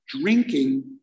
Drinking